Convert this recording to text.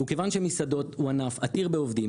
ומכיוון שמסעדות הוא ענף עתיר בעובדים